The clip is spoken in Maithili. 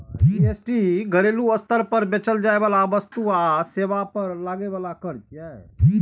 जी.एस.टी घरेलू स्तर पर बेचल जाइ बला वस्तु आ सेवा पर लागै बला कर छियै